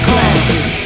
Classic